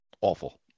Awful